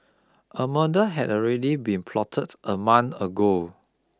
a murder had already been plotted a month ago